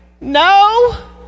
No